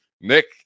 Nick